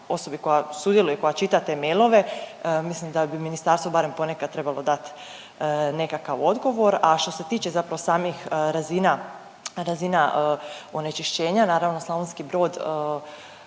osobi koja sudjeluje i koja čita te mailove, mislim da bi ministarstvo barem ponekad trebalo dat nekakav odgovor. A što se tiče zapravo samih razina, razina onečišćenja, naravno Slavonski Brod